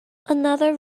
another